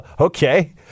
Okay